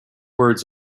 words